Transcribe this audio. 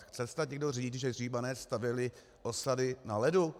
Chce snad někdo říct, že Římané stavěli osady na ledu?